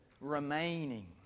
remaining